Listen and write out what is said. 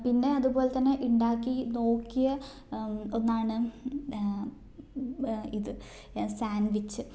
പിന്നെ അതുപോലെ തന്നെ ഉണ്ടാക്കി നോക്കിയ ഒന്നാണ് ഇത് സാൻഡ് വിച്ച്